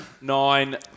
nine